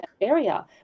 area